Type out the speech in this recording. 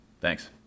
Thanks